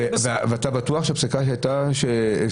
ואתה בטוח שמה שנעשה עד עכשיו היה בסדר?